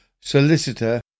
solicitor